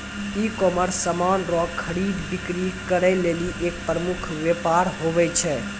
ecommerce समान रो खरीद बिक्री करै लेली एक प्रमुख वेपार हुवै छै